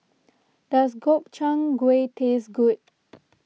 does Gobchang Gui taste good